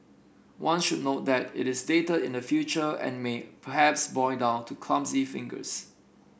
one should note that it is dated in the future and may perhaps boil down to clumsy fingers